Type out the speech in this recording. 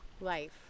life